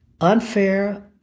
unfair